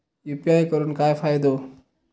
UPI करून काय फायदो?